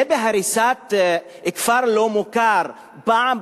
זה בהריסת כפר לא מוכר פעם,